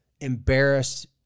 embarrassed